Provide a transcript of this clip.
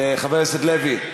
חבר הכנסת לוי?